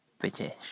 British